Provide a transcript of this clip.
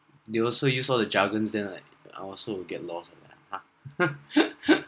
they also use all the jargons then like I also will get lost and like